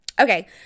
Okay